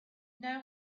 know